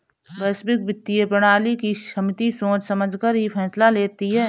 वैश्विक वित्तीय प्रणाली की समिति सोच समझकर ही फैसला लेती है